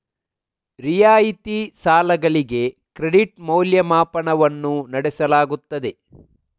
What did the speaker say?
ರಿಯಾಯಿತಿ ಸಾಲಗಳಿಗೆ ಕ್ರೆಡಿಟ್ ಮೌಲ್ಯಮಾಪನವನ್ನು ನಡೆಸಲಾಗುತ್ತದೆ